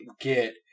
get